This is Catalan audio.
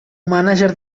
mànager